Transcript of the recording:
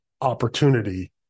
opportunity